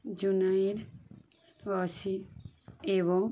জুনাইয়ের রসি এবং